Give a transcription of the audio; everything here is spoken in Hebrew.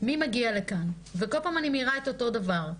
מי מגיע לכאן, וכל פעם אני מעירה את אותו דבר.